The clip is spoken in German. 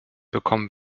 bekommen